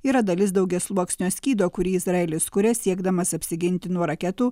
yra dalis daugiasluoksnio skydo kurį izraelis kuria siekdamas apsiginti nuo raketų